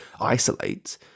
isolate